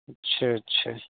اچھا اچھا